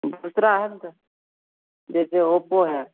दूसरा है उनका जैसे ओप्पो है